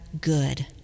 good